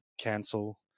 cancel